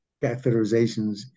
catheterizations